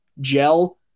gel